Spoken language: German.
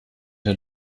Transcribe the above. der